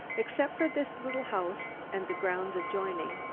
except for this little house, and the grounds adjoining,